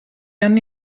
anni